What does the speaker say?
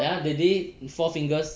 ya that day Four Fingers